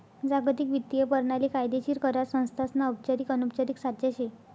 जागतिक वित्तीय परणाली कायदेशीर करार संस्थासना औपचारिक अनौपचारिक साचा शे